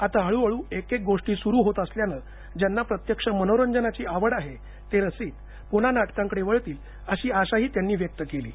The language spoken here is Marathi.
आता हळूहळू एकेक गोष्टी सुरू होत असल्यानं ज्यांना प्रत्यक्ष मनोरंजनाची आवड आहे ते रसिक पुन्हा नाटकांकडे वळतील अशी आशाही त्यांनी व्यक्त केली आहे